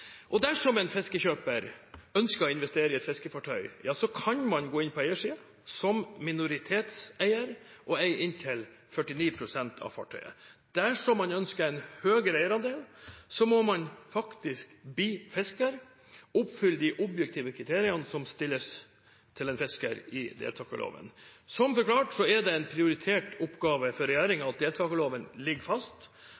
Dersom en fiskekjøper ønsker å investere i et fiskefartøy, kan man gå inn på eiersiden som minoritetseier og eie inntil 49 pst. av fartøyet. Dersom man ønsker en høyere eierandel, må man bli fisker og oppfylle de objektive kriteriene som gjelder for en fisker, i deltakerloven. Som jeg har forklart, er det en prioritert oppgave for